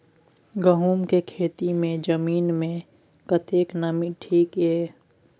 गहूम के खेती मे जमीन मे कतेक नमी ठीक ये?